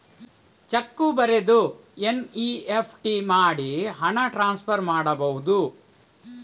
Check ಬರೆದು NEFT ಮಾಡಿ ಹಣ ಟ್ರಾನ್ಸ್ಫರ್ ಮಾಡಬಹುದು?